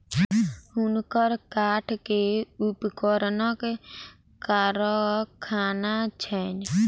हुनकर काठ के उपकरणक कारखाना छैन